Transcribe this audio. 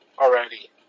already